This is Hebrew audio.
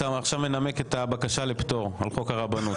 אתה עכשיו מנמק את הבקשה לפטור על חוק הרבנות.